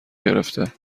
گرفته